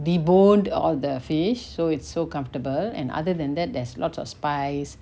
deboned all the fish so it's so comfortable and other than that there's lots of spice